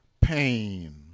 pain